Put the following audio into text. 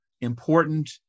important